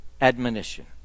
admonition